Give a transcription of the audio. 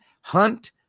Hunt